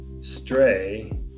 stray